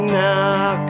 now